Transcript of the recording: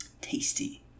tasty